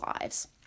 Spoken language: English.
lives